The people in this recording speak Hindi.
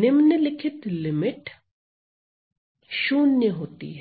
निम्नलिखित लिमिट 0 होती है